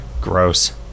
gross